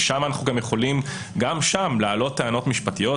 וגם שם אנחנו יכולים טענות משפטיות,